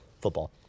football